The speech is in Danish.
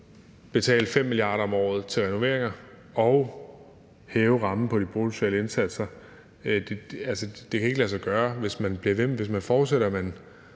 betale 5 mia. kr. om året til renoveringer og hæve rammen for de boligsociale indsatser. Det kan ikke lade sig gøre. Hvis man forudsatte, at